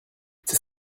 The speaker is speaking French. c’est